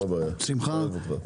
בשמחה.